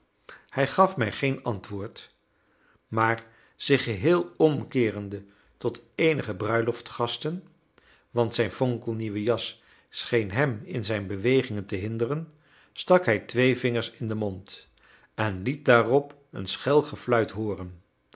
hij gaf mij geen antwoord maar zich geheel omkeerende tot eenige bruiloftsgasten want zijn fonkelnieuwe jas scheen hem in zijn bewegingen te hinderen stak hij twee vingers in den mond en liet daarop een schel gefluit hooren